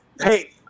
Hey